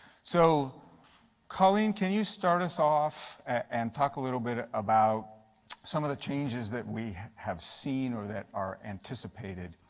so colleen, can you start us off and talk a little bit about some of the changes that we have seen or that are anticipated